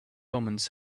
omens